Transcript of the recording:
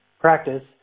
practice